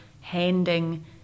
handing